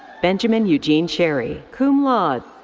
benjamin eugene cherry, cum laude.